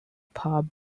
pub